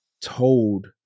told